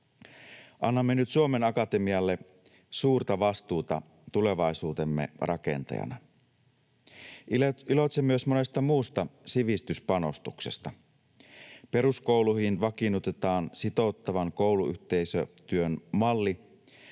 Annamme nyt Suomen Akatemialle suurta vastuuta tulevaisuutemme rakentajana. Iloitsen myös monesta muusta sivistyspanostuksesta. Peruskouluihin vakiinnutetaan sitouttavan kouluyhteisötyön malli,